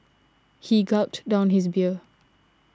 he gulped down his beer